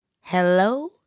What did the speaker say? hello